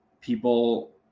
people